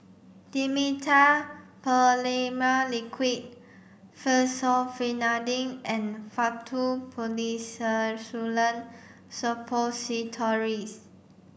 Dimetapp Phenylephrine Liquid Fexofenadine and Faktu Policresulen Suppositories